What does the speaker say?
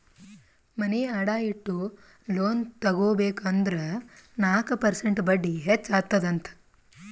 ಮನಿ ಅಡಾ ಇಟ್ಟು ಲೋನ್ ತಗೋಬೇಕ್ ಅಂದುರ್ ನಾಕ್ ಪರ್ಸೆಂಟ್ ಬಡ್ಡಿ ಹೆಚ್ಚ ಅತ್ತುದ್ ಅಂತ್